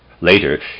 Later